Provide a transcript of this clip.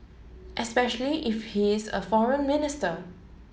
especially if he is a foreign minister